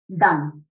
done